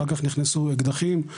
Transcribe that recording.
אחר כך נכנסו אקדחים,